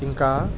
ఇంకా